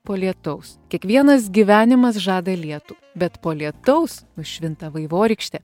po lietaus kiekvienas gyvenimas žada lietų bet po lietaus nušvinta vaivorykštė